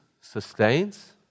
sustains